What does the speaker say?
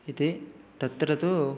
इति तत्र तु